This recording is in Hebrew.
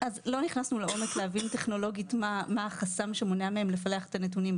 לא נכנסנו לעומק להבין טכנולוגית מה החסם שמונע מהם לפלח את הנתונים,